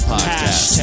Podcast